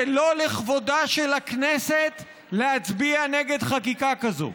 זה לא לכבודה של הכנסת להצביע נגד חקיקה כזאת.